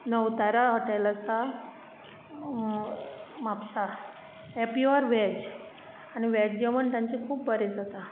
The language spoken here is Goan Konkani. नवतारा होटॅल आसा म्हापसा हें प्यॉर वॅज आनी वॅज जेवण तांचें खूब बरें जाता